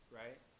right